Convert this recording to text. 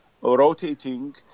rotating